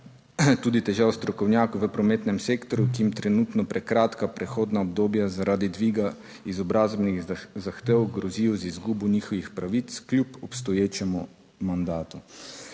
tudi težav strokovnjakov v prometnem sektorju, ki jim trenutno prekratka prehodna obdobja zaradi dviga izobrazbenih zahtev grozijo z izgubo njihovih pravic kljub obstoječemu mandatu.